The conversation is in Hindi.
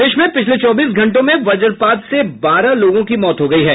प्रदेश में पिछले चौबीस घंटों में वज्रपात से बारह लोगों की मौत हो गयी है